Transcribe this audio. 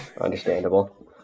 understandable